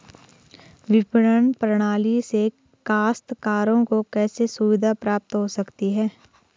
विपणन प्रणाली से काश्तकारों को कैसे सुविधा प्राप्त हो सकती है?